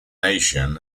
nation